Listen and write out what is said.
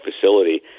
facility